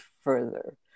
further